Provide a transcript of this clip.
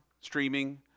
streaming